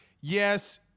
Yes